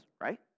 right